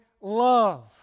love